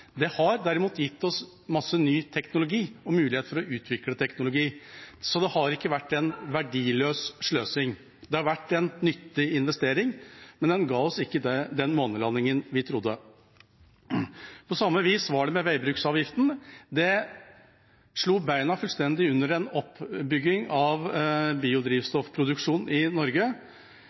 Det har derimot gitt oss mye ny teknologi og mulighet til å utvikle teknologi, så det har ikke vært en verdiløs sløsing. Det har vært en nyttig investering, men den ga oss ikke den månelandingen vi trodde vi skulle få. På samme vis var det med veibruksavgiften. Den slo fullstendig beina under en oppbygging av biodrivstoffproduksjonen i Norge,